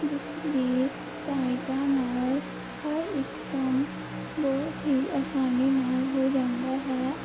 ਜਿਸਦੀ ਸਹਾਇਤਾ ਨਾਲ ਹਰ ਇੱਕ ਕੰਮ ਬਹੁਤ ਹੀ ਆਸਾਨੀ ਨਾਲ ਹੋ ਜਾਂਦਾ ਹੈ